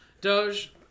Doge